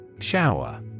Shower